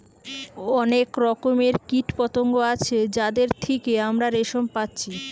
অনেক রকমের কীটপতঙ্গ আছে যাদের থিকে আমরা রেশম পাচ্ছি